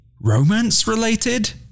romance-related